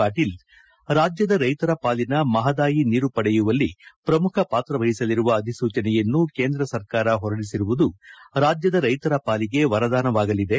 ಪಾಟೀಲ ರಾಜ್ಯದ ರೈಶರ ಪಾಲಿನ ಮಹಾದಾಯಿ ನೀರು ಪಡೆಯುವಲ್ಲಿ ಪ್ರಮುಖ ಪಾತ್ರ ವಹಿಸಲಿರುವ ಅಧಿಸೂಚನೆಯನ್ನು ಕೇಂದ್ರ ಸರಕಾರ ಹೊರಡಿಸಿರುವುದು ರಾಜ್ಯದ ರೈತರ ಪಾಲಿಗೆ ವರದಾನವಾಗಲಿದೆ